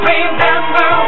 Remember